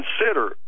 consider